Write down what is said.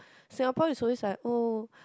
Singapore is always like oh